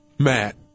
Matt